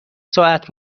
ساعت